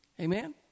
Amen